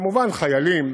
כמובן, חיילים